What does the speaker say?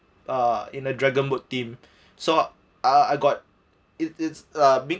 uh in a dragon boat team so uh I got it it's uh bit